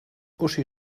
uschi